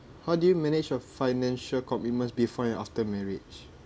how do you manage your financial commitments before and after marriage